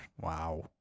Wow